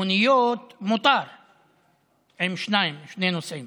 למוניות מותר עם שני נוסעים